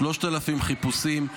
3,000 חיפושים,